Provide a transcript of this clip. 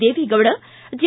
Deve Gowda J